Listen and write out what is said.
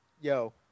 Yo